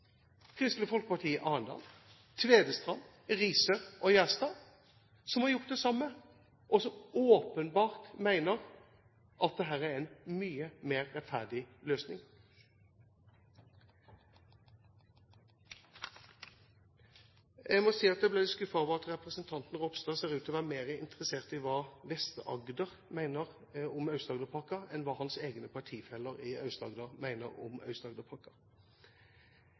Kristelig Folkeparti i Arendal, i Tvedestrand, i Risør og i Gjerstad, som har gjort det samme, og som åpenbart mener at dette er en mye mer rettferdig løsning. Jeg må si jeg ble litt skuffet over at representanten Ropstad ser ut til å være mer interessert i hva Vest-Agder mener om Aust-Agderpakken enn hva hans egne partifeller i Aust-Agder mener om